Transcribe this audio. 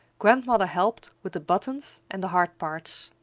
grandmother helped with the buttons and the hard parts.